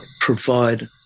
provide